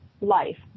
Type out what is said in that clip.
life